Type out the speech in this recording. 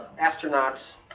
astronauts